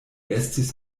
estis